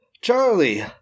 Charlie